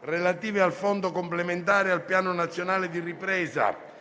relative al Fondo complementare al Piano nazionale di ripresa